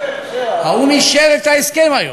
האו"ם אישר את ההסכם היום,